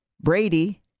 Brady